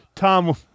tom